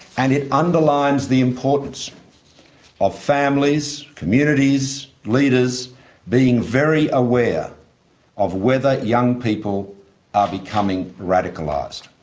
and it underlines the importance of families, communities, leaders being very aware of whether young people are becoming radicalised.